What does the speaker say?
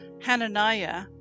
Hananiah